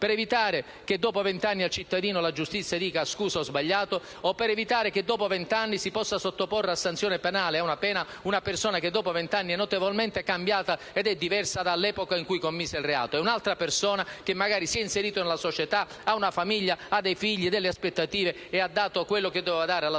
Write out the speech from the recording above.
per evitare che dopo vent'anni la giustizia chieda scusa al cittadino per essersi sbagliata e quindi per evitare che si possa sottoporre a sanzione penale e a una pena una persona che dopo vent'anni è notevolmente cambiata ed è diversa dall'epoca in cui commise il reato. È un'altra persona, che magari si è inserita nella società, ha una famiglia, dei figli e delle aspettative e ha dato quello che doveva dare alla società.